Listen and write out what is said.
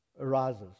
arises